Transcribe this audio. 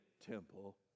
temple